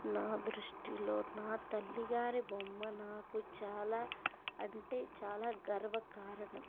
నా దృష్టిలో నా తల్లిగారి బొమ్మ నాకు చాలా అంటే చాలా గర్వకారణం